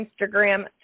Instagram